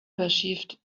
perceived